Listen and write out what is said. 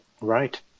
Right